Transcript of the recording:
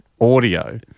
audio